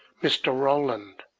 mr. ralland.